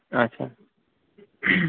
اچھا